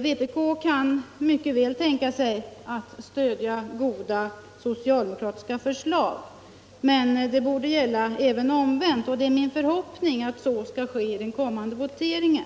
Vpk kan mycket väl tänka sig att stödja goda socialdemokratiska förslag, men det borde gälla även omvänt, och det är min förhoppning att så skall ske i den kommande voteringen.